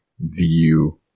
view